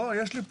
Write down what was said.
זה לא אישי.